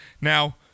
Now